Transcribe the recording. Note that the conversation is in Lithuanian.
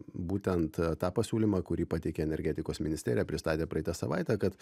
būtent tą pasiūlymą kurį pateikė energetikos ministerija pristatė praeitą savaitę kad